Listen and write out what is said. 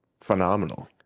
phenomenal